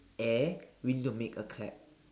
air we need to make a clap